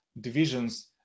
divisions